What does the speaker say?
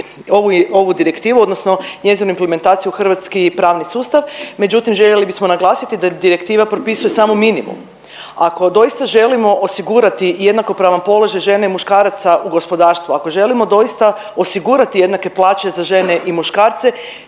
ovu direktivu odnosno njezinu implementaciju u hrvatski pravni sustav. Međutim, željeli bismo naglasiti da direktiva propisuje samo minimum. Ako doista želimo osigurati jednakopravan položaj žena i muškaraca u gospodarstvu, ako želimo doista osigurati jednake plaće za žene i muškarce